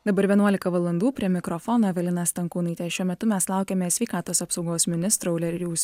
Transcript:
dabar vienuolika valandų prie mikrofono evelina stankūnaitė šiuo metu mes laukiame sveikatos apsaugos ministro aurelijaus